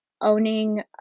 owning